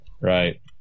Right